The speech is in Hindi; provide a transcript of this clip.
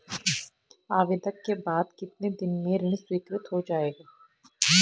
आवेदन के बाद कितने दिन में ऋण स्वीकृत हो जाएगा?